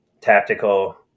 tactical